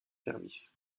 services